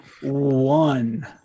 One